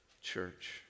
church